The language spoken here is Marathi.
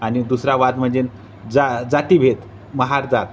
आणि दुसरा वाद म्हणजे जा जातीभेद महार जात